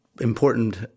important